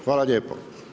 Hvala lijepo.